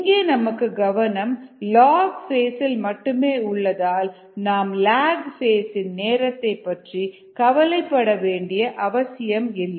இங்கே நமக்கு கவனம் லாக் பேஸ் இல் மட்டுமே உள்ளதால் நாம் லாக் பேஸ் இன் நேரத்தை பற்றி கவலை பட வேண்டிய அவசியம் இல்லை